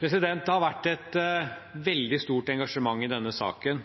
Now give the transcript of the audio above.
Det har vært et veldig stort engasjement i denne saken.